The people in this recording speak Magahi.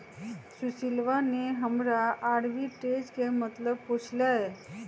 सुशीलवा ने हमरा आर्बिट्रेज के मतलब पूछ लय